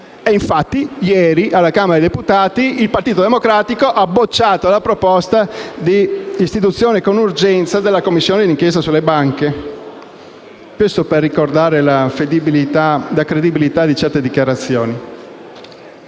infatti, ieri, alla Camera dei deputati, il Partito Democratico ha bocciato la proposta di istituzione con urgenza della Commissione di inchiesta sulle banche. E dico questo per ricordare la credibilità di certe dichiarazioni.